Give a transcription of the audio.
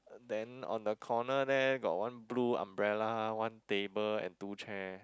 then on the corner there got one blue umbrella one table and two chair